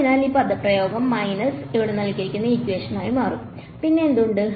അതിനാൽ ഈ പദപ്രയോഗം മൈനസ് ആയി മാറും പിന്നെ എന്തുണ്ട്